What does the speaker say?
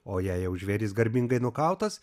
o jei jau žvėris garbingai nukautas